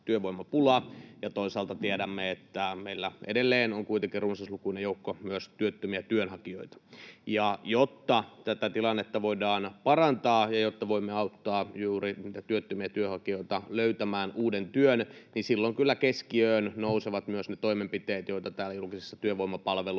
toisaalta tiedämme, että meillä edelleen on kuitenkin runsaslukuinen joukko myös työttömiä työnhakijoita. Jotta tätä tilannetta voidaan parantaa ja jotta voimme auttaa juuri niitä työttömiä työnhakijoita löytämään uuden työn, niin silloin kyllä keskiöön nousevat myös ne toimenpiteet, joita julkisissa työvoimapalveluissa